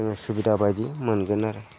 जोङो सुबिदा बायदि मोनगोन आरो